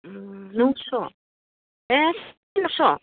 नौस' ए नौस'